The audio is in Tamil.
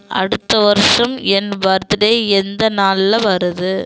அடுத்த வருடம் என் பர்த்துடே எந்த நாளில் வருது